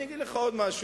אני אגיד לך עוד משהו.